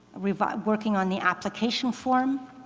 revise, working on the application form,